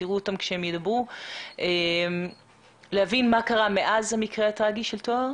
ולהבין מה קרה מאז המקרה הטרגי של טוהר,